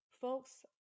folks